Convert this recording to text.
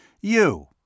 You